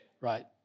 right